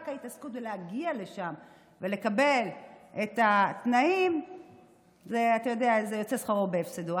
רק בהתעסקות להגיע לשם ולקבל את התנאים יוצא שכרו בהפסדו.